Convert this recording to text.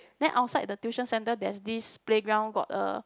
then outside the tuition centre there's this playground got a